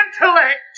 intellect